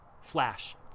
flash